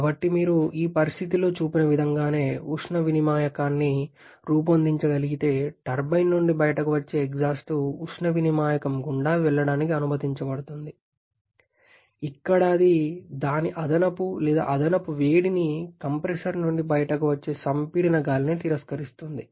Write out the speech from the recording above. కాబట్టి మీరు ఈ పరిస్థితిలో చూపిన విధంగానే ఉష్ణ వినిమాయకాన్ని రూపొందించగలిగితే టర్బైన్ నుండి బయటకు వచ్చే ఎగ్జాస్ట్ ఉష్ణ వినిమాయకం గుండా వెళ్ళడానికి అనుమతించబడుతుంది ఇక్కడ అది దాని అదనపు లేదా అదనపు వేడిని కంప్రెసర్ నుండి బయటకు వచ్చే సంపీడన గాలిని తిరస్కరిస్తుంది